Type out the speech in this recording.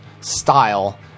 style